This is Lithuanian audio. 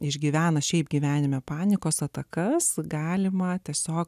išgyvena šiaip gyvenime panikos atakas gali matė savo